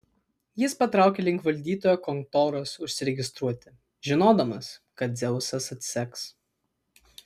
jis patraukė link valdytojo kontoros užsiregistruoti žinodamas kad dzeusas atseks